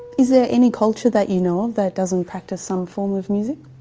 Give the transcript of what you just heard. is there any culture that you know of that doesn't practise some form of music?